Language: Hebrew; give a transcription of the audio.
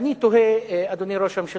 אין נושא כזה, כי